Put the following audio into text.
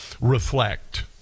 reflect